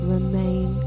Remain